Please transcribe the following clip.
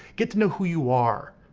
get to know who you are.